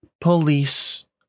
police